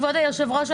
כבוד היושב-ראש,